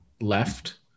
left